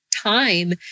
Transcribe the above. time